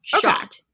shot